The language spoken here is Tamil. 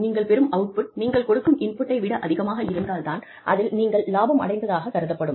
நீங்கள் பெறும் அவுட்புட் நீங்கள் கொடுக்கும் இன்புட்டை விட அதிகமாக இருந்தால் தான் அதில் நீங்கள் லாபம் அடைந்ததாகக் கருதப்படும்